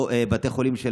או לבתי חולים,